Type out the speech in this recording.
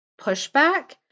pushback